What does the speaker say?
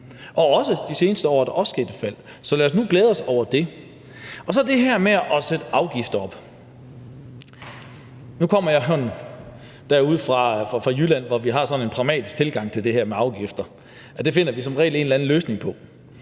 og de seneste år er der også sket et fald. Så lad os nu glæde os over det. Så er der det her med at sætte afgifter op. Nu kommer jeg derovre fra Jylland, hvor vi har sådan en pragmatisk tilgang til det her med afgifter; det finder vi som regel en eller anden løsning på